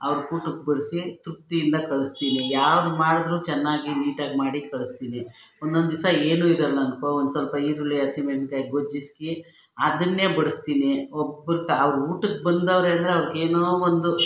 ಅವ್ರಿಗೆ ಊಟಕ್ಕೆ ಬಡಿಸಿ ತೃಪ್ತಿಯಿಂದ ಕಳಿಸ್ತೀನಿ ಯಾವ್ದು ಮಾಡಿದ್ರು ಚೆನ್ನಾಗಿ ನೀಟಾಗಿ ಮಾಡಿ ಕಳಿಸ್ತೀನಿ ಒಂದೊಂದು ದಿಸ ಏನು ಇರಲ್ಲ ಅನ್ಕೋ ಒಂದು ಸ್ವಲ್ಪ ಈರುಳ್ಳಿ ಹಸಿ ಮೆಣಿಕಾಯಿ ಗೊಜ್ಜಿಸ್ಕಿ ಅದನ್ನೇ ಬಡಿಸ್ತೀನಿ ಒಬ್ಬುರ್ಗೆ ಅವ್ರು ಊಟಕ್ಕೆ ಬಂದವರೇ ಅಂದರೆ ಅವರಿಗೆ ಒಂದು